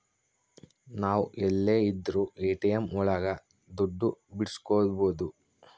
ನಾವ್ ಎಲ್ಲೆ ಇದ್ರೂ ಎ.ಟಿ.ಎಂ ಒಳಗ ದುಡ್ಡು ಬಿಡ್ಸ್ಕೊಬೋದು